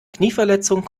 knieverletzung